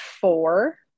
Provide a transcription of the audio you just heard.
four